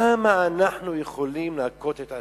כמה אנחנו יכולים להכות את עצמנו?